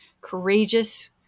courageous